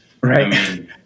right